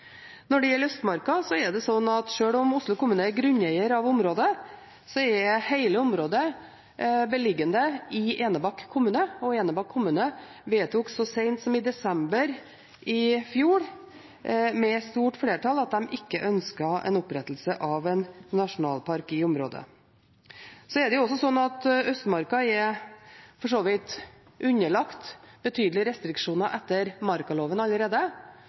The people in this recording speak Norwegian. Når det gjelder Østmarka, er hele området – sjøl om Oslo kommune er grunneier av området – beliggende i Enebakk kommune, og Enebakk kommune vedtok så sent som i desember i fjor, med et stort flertall, at de ikke ønsket en opprettelse av en nasjonalpark i området. Østmarka er for så vidt underlagt betydelige restriksjoner etter markaloven allerede,